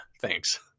Thanks